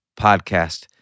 podcast